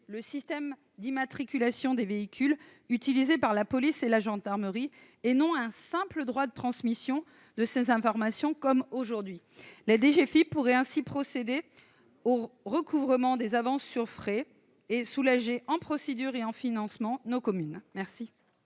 système d'immatriculation des véhicules -utilisée par la police et la gendarmerie, et non un simple droit de transmission de ces informations, comme c'est le cas actuellement. La DGFiP pourrait ainsi procéder au recouvrement des avances sur frais et soulager, en termes de procédure et de financement, nos communes. Quel